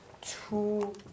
two